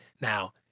Now